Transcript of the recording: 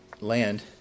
land